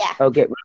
Okay